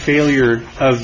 failure of